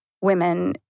women